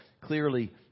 clearly